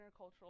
intercultural